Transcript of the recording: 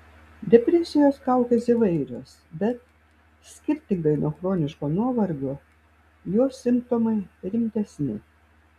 depresijos kaukės įvairios bet skirtingai nei chroniško nuovargio jos simptomai rimtesni